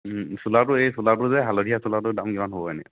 চোলাটো এই চোলাটো যে হালধীয়া চোলাটোৰ দাম কিমান হ'ব এনেই